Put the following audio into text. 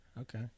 Okay